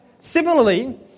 Similarly